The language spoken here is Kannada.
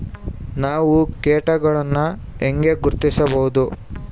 ನಾವು ಕೇಟಗಳನ್ನು ಹೆಂಗ ಗುರ್ತಿಸಬಹುದು?